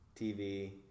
TV